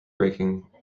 breaking